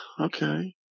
Okay